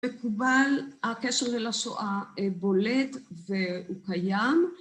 מקובל, הקשר לשואה בולט והוא קיים